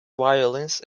violins